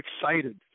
excited